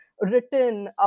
written